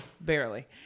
Barely